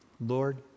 Lord